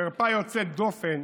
חרפה יוצאת דופן